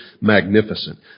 magnificent